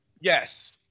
Yes